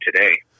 today